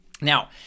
Now